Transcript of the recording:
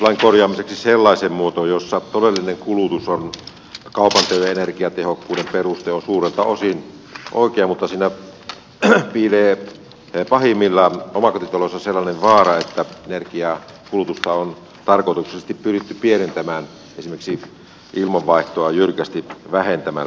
energiatodistuslain korjaaminen sellaiseen muotoon jossa todellinen kulutus on kaupanteon ja energiatehokkuuden peruste on suurelta osin oikein mutta siinä piilee pahimmillaan sellainen vaara että omakotitaloissa energiankulutusta on tarkoituksellisesti pyritty pienentämään esimerkiksi ilmanvaihtoa jyrkästi vähentämällä